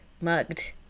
mugged